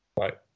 right